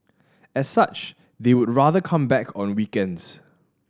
as such they would rather come back on weekends